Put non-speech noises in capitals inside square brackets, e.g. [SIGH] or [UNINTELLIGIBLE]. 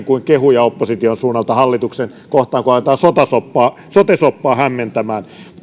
[UNINTELLIGIBLE] kuin kehuja opposition suunnalta hallitusta kohtaan kun aletaan sote soppaa sote soppaa hämmentämään